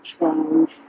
change